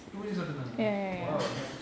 two minutes மட்டும்தானா:mattum thana !wow!